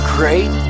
Great